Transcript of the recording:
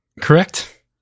correct